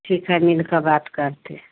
ठीक है मिलकर बात करते हैं